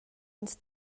ins